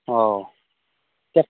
অ'